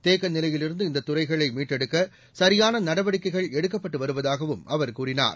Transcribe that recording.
தேக்கநிலையிலிருந்து இந்த துறைகளை மீட்டெடுக்க சரியான நடவடிக்கைகள் எடுக்கப்பட்டு வருவதாகவும் அவர் கூறினார்